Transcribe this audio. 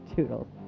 Toodles